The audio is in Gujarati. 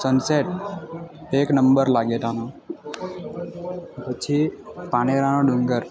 સનસેટ એક નંબર લાગે ત્યાનો પછી પારનેરાનો ડુંગર